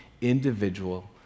individual